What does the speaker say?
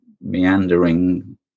meandering